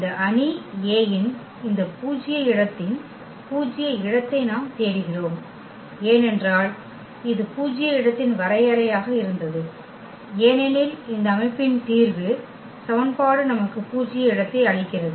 இந்த அணி A இன் இந்த பூஜ்ய இடத்தின் பூஜ்ய இடத்தை நாம் தேடுகிறோம் ஏனென்றால் இது பூஜ்ய இடத்தின் வரையறையாக இருந்தது ஏனெனில் இந்த அமைப்பின் தீர்வு சமன்பாடு நமக்கு பூஜ்ய இடத்தை அளிக்கிறது